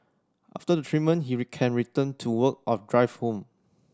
after the treatment he can return to work or drive home